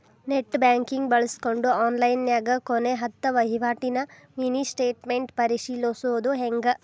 net banking ಬಳ್ಸ್ಕೊಂಡ್ ಆನ್ಲೈನ್ಯಾಗ ಕೊನೆ ಹತ್ತ ವಹಿವಾಟಿನ ಮಿನಿ ಸ್ಟೇಟ್ಮೆಂಟ್ ಪರಿಶೇಲಿಸೊದ್ ಹೆಂಗ